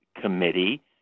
Committee